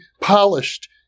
polished